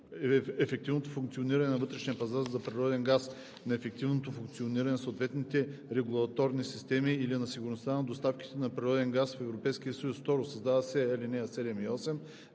ефективното функциониране на вътрешния пазар за природен газ, на ефективното функциониране на съответните регулирани системи или на сигурността на доставките на природен газ в Европейския съюз.“ 2. Създават се ал. 7 и 8: